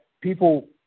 people